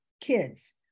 kids